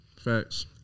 facts